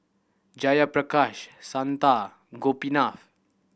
Jayaprakash Santha Gopinath